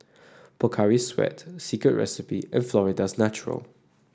Pocari Sweat Secret Recipe and Florida's Natural